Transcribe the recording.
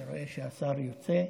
אני רואה שהשר יוצא,